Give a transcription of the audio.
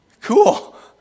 cool